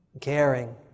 Caring